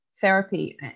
therapy